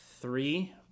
three